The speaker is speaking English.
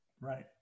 Right